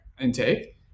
intake